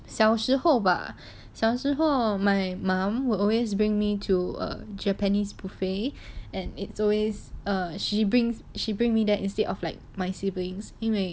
小时候吧小时候 my mum will always bring me to a japanese buffet and it's always err she brings she bring me there instead of like my siblings 因为